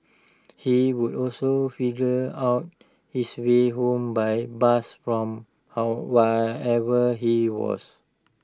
he would also figure out his way home by bus from how wherever he was